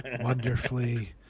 wonderfully